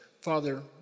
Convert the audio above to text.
Father